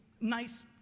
nice